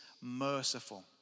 merciful